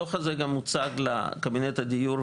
הדוח הזה גם הוצג לקבינט הדיור,